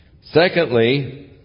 Secondly